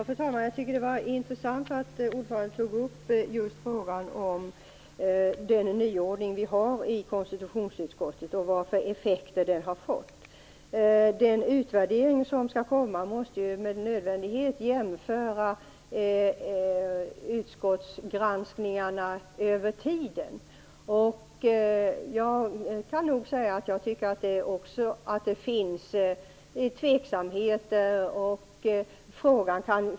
Fru talman! Jag tycker att det var intressant att ordföranden tog upp just frågan om den nya ordning vi har i konstitutionsutskottet och vilka effekter den har fått. Den utvärdering som skall komma måste med nödvändighet jämföra utskottsgranskningarna över tiden. Jag kan nog säga att jag tycker att det finns tveksamheter.